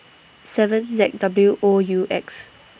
seven Z W O U X